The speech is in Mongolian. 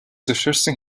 зөвшөөрсөн